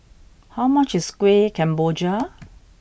how much is Kueh Kemboja